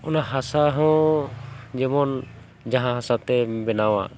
ᱚᱱᱟ ᱦᱟᱥᱟ ᱦᱚᱸ ᱡᱮᱢᱚᱱ ᱡᱟᱦᱟᱸ ᱦᱟᱥᱟ ᱛᱮᱢ ᱵᱮᱱᱟᱣᱟ